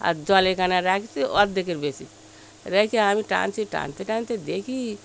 আর জল এখানে রাখছি অর্ধেকের বেশি রেখে আমি টানছি টানতে টানতে দেখি